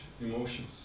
emotions